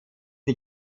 die